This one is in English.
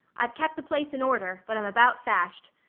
i've kep' the place in order, but i'm about fashed.